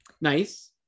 nice